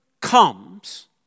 comes